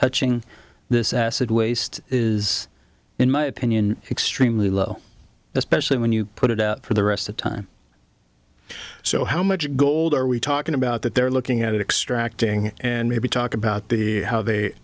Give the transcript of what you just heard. touching this acid waste is in my opinion extremely low especially when you put it out for the rest of time so how much gold are we talking about that they're looking at extracting and maybe talk about the how they